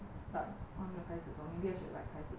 but 我还没有开始做 maybe I should like 开始做 lah